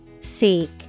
Seek